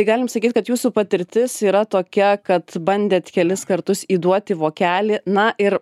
tai galim sakyt kad jūsų patirtis yra tokia kad bandėt kelis kartus įduoti vokelį na ir